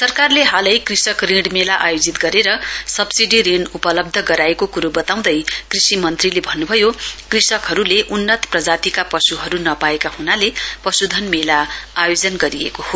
सरकारले हालै कृषक ऋण मेला आयोजित गरेर सब्सिडी ऋण उपलब्ध गराएको कुरो वताउँदै कृषि उपलब्ध गराएको कुरो वताउँदै कृषि मन्त्रीले भन्नुभयो कृषकहरुले उन्नत प्रजातिका पशुहरु नपाएका हुनाले पशुधन मेला आयोजन गरिएको हो